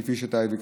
כפי שאתה ביקשת,